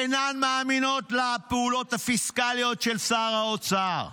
אינן מאמינות לפעולות הפיסקליות של שר האוצר.